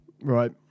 right